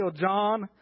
John